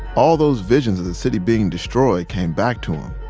all those visions of the city being destroyed came back to him.